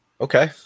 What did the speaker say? okay